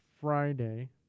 Friday